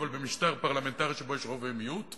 אבל במשטר פרלמנטרי שבו יש רוב ומיעוט,